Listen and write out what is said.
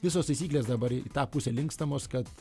visos taisyklės dabar į tą pusę linkstamos kad